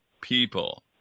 people